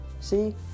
See